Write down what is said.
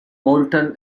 moulton